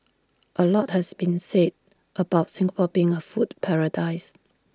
A lot has been said about Singapore being A food paradise